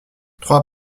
trois